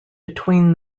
between